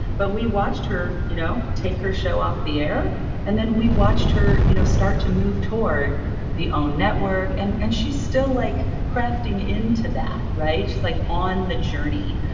but we watched her you know take her show off the air and then we watched her you know start to move toward the own network. and and she's still like crafting into that. right? she's like on the journey.